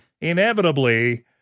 inevitably